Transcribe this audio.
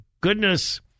goodness